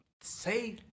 Say